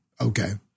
okay